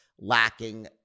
lacking